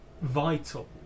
vital